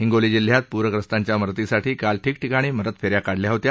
हिंगोली जिल्ह्यात प्रग्रस्तांच्या मदतीसाठी काल ठिकठिकाणी मदत फे या काढल्या होत्या